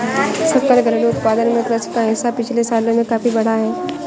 सकल घरेलू उत्पाद में कृषि का हिस्सा पिछले सालों में काफी बढ़ा है